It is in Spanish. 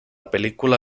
película